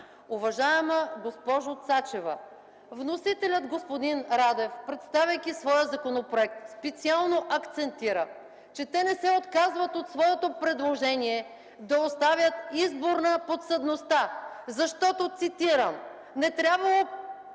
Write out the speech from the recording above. Уважаема госпожо Цачева, вносителят господин Радев, представяйки своя законопроект, специално акцентира, че те не се отказват от своето предложение да оставят избор на подсъдността, защото, цитирам: „не трябвало кредиторите